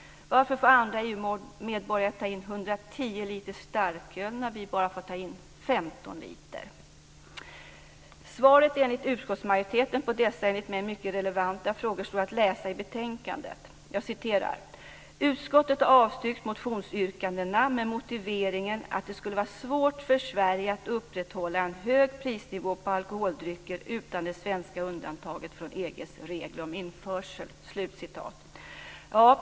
Varför får andra EU medborgare ta in 110 liter starköl när vi bara får ta in Utskottsmajoritetens svar på dessa enligt mig mycket relevanta frågor står att läsa i betänkandet: "Utskottet har avstyrkt motionsyrkandena med motiveringen att det skulle vara svårt för Sverige att upprätthålla en hög prisnivå på alkoholdrycker utan det svenska undantaget från EG:s regler om införsel."